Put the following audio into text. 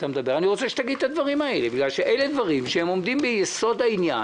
אני רוצה שתגיד את הדברים האלה בגלל שהם דברים שעומדים ביסוד העניין,